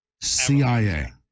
CIA